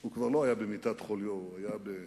הוא כבר לא היה במיטת חוליו, הוא היה בדרכו